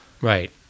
right